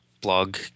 blog